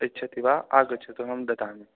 इच्छति वा आगच्छतु अहं ददामि